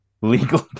Legal